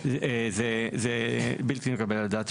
זה בלתי מתקבל על הדעת.